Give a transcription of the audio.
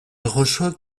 reçoit